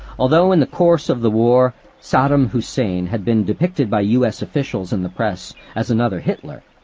although in the course of the war saddam hussein had been depicted by u s. officials and the press as another hitler,